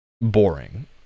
boring